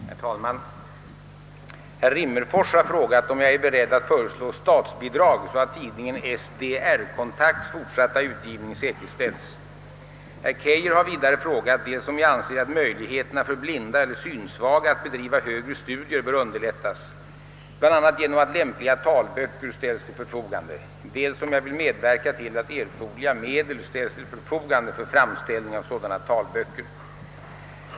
Herr talman! Herr Rimmerfors har frågat, om jag är beredd att föreslå statsbidrag :så att tidningen SDR-kontakts fortsatta utgivning säkerställs. Herr Keijer har vidare frågat dels om jag anser, att möjligheterna för blinda eller synsvaga att bedriva högre studier bör underlättas, bl.a. genom att tämpliga talböcker ställs till förfogande, dels om jag vill medverka till att erfordérliga medel ställs till förfogande för framställning av sådana talböcker.